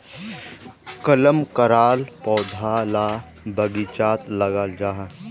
कलम कराल पौधा ला बगिचात लगाल जाहा